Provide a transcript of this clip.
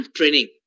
Training